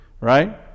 right